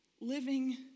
living